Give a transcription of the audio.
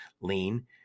lean